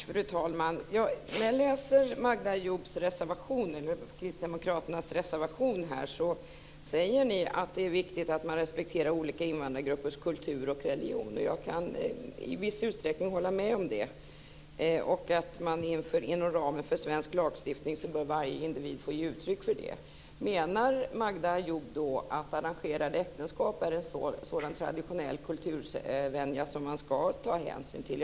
Fru talman! När jag läser Magda Ayoubs och Kristdemokraternas reservation ser jag att ni anser att det är viktigt att man respekterar olika invandrargruppers kultur och religion. Jag kan i viss utsträckning hålla med om det, liksom att varje individ inom ramen för svensk lagstiftning ska få ge uttryck för detta. Men menar Magda Ayoub att arrangerade äktenskap är en sådan traditionell sedvänja som man ska ta hänsyn till?